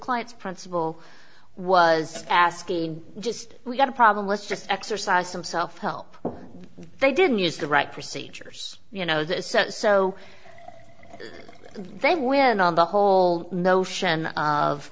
clients principal was asking just we've got a problem let's just exercise some self help they didn't use the right procedures you know this so they went on the whole notion of